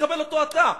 תקבל אותו אתה.